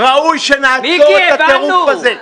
ראוי שנעצור את הטירוף הזה.